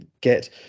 get